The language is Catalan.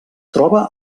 troba